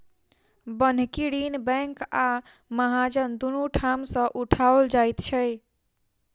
बन्हकी ऋण बैंक आ महाजन दुनू ठाम सॅ उठाओल जाइत छै